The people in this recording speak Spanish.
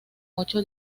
ocho